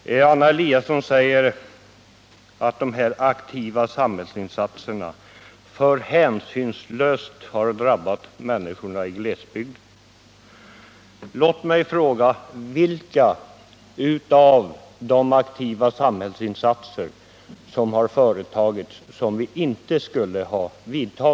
Anna Eliasson säger att de här aktiva samhällsinsatserna alltför hänsynslöst har drabbat människorna i glesbygden. Låt mig fråga: Vilka av de aktiva samhällsinsatser som gjorts skulle vi inte ha gjort?